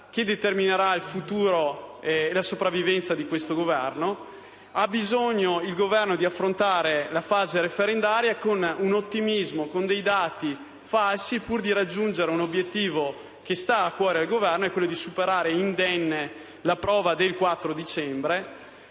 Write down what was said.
che determinerà il futuro e la sopravvivenza di questo Governo. Il Governo ha bisogno di affrontare la fase referendaria con ottimismo e dei dati falsi pur di raggiungere un obiettivo che gli sta a cuore, ovvero superare indenne la prova del 4 dicembre